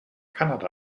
kanada